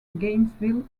gainesville